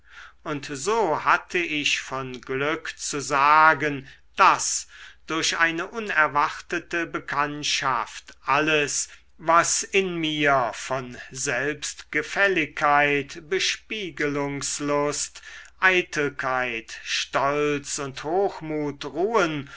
und so hatte ich von glück zu sagen daß durch eine unerwartete bekanntschaft alles was in mir von selbstgefälligkeit bespiegelungslust eitelkeit stolz und hochmut ruhen